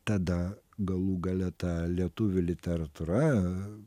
tada galų gale ta lietuvių literatūra